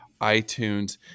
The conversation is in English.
iTunes